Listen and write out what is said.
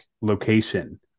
location